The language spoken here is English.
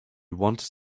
wanders